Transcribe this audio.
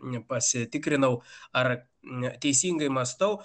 nepasitikrinau ar neteisingai mąstau